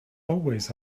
always